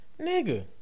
nigga